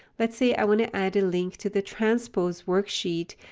let's say i want to add a link to the transpose worksheet.